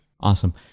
Awesome